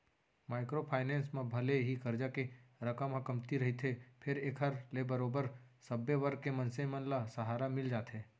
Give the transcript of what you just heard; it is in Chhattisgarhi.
माइक्रो फायनेंस म भले ही करजा के रकम ह कमती रहिथे फेर एखर ले बरोबर सब्बे वर्ग के मनसे मन ल सहारा मिल जाथे